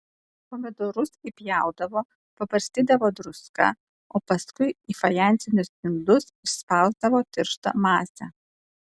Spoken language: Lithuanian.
pomidorus įpjaudavo pabarstydavo druska o paskui į fajansinius indus išspausdavo tirštą masę